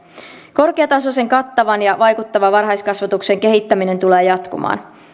korkeatasoisen kattavan ja vaikuttavan varhaiskasvatuksen kehittäminen tulee jatkumaan